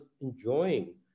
enjoying